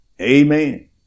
Amen